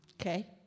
Okay